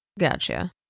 Gotcha